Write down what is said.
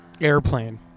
airplane